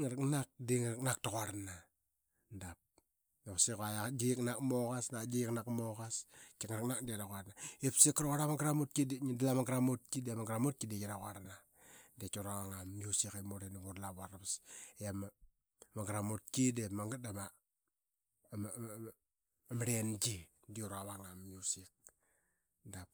Ngaraknak de ngaraknak taquarlna dap quasik iqua aqaik de qiknak moqas. Tika ngaraknak de raquarlna ip seka raquarl ama gramutki i dep ngia dal ama gramutkide de dip ngaraknak taquarlna. De qaki ura vanga ma music, murl i nav ura lava uravas. I ania gramutki dap nganama ama arlengi de ura vanga aa ma music dap.